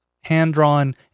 hand-drawn